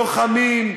לוחמים,